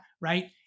right